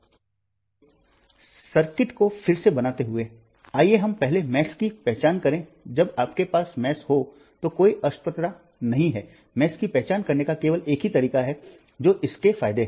फिर से सर्किट को फिर से बनाते हुए आइए हम पहले मेश की पहचान करें जब आपके पास मेश हों तो कोई अस्पष्टता नहीं है मेष की पहचान करने का केवल एक ही तरीका है जो इसके फायदे हैं